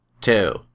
two